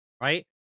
right